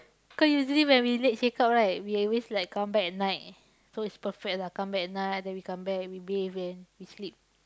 cause usually when we late check-out right we always like come back at night so is perfect lah come back at night then we come back and we bathe and we sleep